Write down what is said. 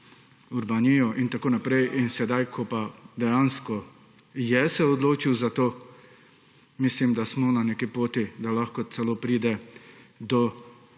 Urbanijo in tako naprej in sedaj, ko pa dejansko je se odločil za to mislim, da smo na neki poti, da lahko celo pride do